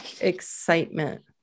excitement